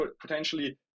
potentially